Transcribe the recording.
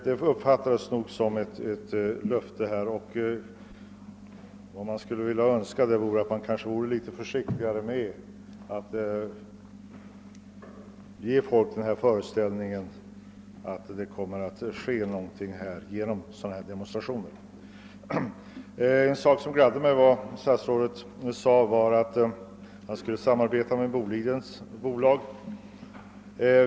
Detta uppfattades nog som ett löfte, och vad man skulle önska är litet större försiktighet när det gäller att genom sådana här demonstrationer ge folk uppfattningen att någonting kommer att ske. En sak som gladde mig var att statsrådet sade att man skulle samarbeta med Bolidens gruvaktiebolag.